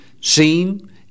seen